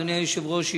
אדוני היושב-ראש,